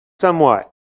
Somewhat